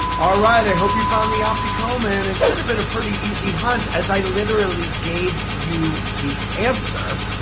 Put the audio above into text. all right, i hope you found the afikoman. it should have been a pretty easy hunt as i literally gave you the answer,